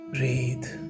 Breathe